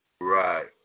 Right